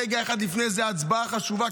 רגע אחד לפני איזו הצבעה חשובה,